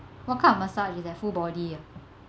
what kind of massage is that full body ah